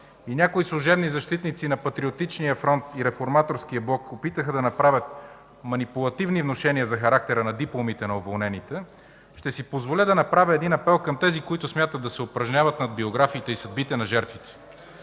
– някои служебни защитници на Патриотичния фронт и Реформаторския блок опитаха да направят манипулативни внушения за характера на дипломите на уволнените, ще си позволя да направя един апел към тези, които смятат да се упражняват над биографиите и съдбите на жертвите.